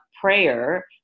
prayer